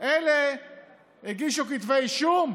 אלה הגישו כתבי אישום,